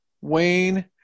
Wayne